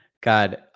god